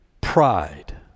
pride